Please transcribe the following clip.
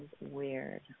Weird